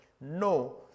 no